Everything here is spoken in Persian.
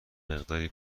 مقداری